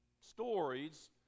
stories